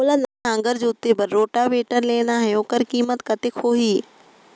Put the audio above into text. मोला नागर जोते बार रोटावेटर लेना हे ओकर कीमत कतेक होही?